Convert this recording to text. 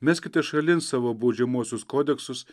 meskite šalin savo baudžiamuosius kodeksus